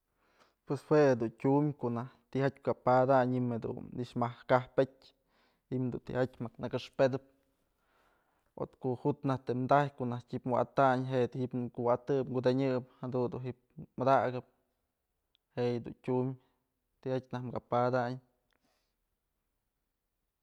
Pues jue dun tyum ko'o najk tijatyë ka padañ ji'im jedun nëkx mëjkajpetyë ji'im dun tijatyë jak nëkëxpëdëp o ko'o jut najtyë tëm tajyë ko'o najtyë ji'ib wa'atañ je'e dun ji'ib kuwa'atëp kudeñëp jadun du ji'ib madakëp je'e yëdun tyumtijatyë najk ka padañ.